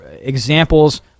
examples